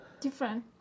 Different